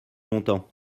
longtemps